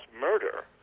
murder